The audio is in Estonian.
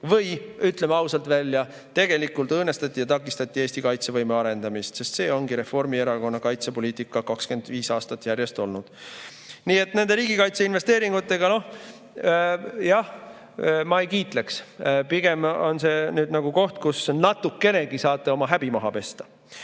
Või ütleme ausalt välja: tegelikult õõnestati ja takistati Eesti kaitsevõime arendamist. See ongi olnud Reformierakonna kaitsepoliitika 25 aastat järjest. Nii et nende riigikaitseinvesteeringutega, jah, ma ei kiitleks. Pigem on see nagu koht, kus te natukenegi saate oma häbi maha pesta.